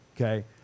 okay